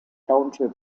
township